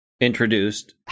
introduced